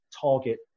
target